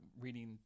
reading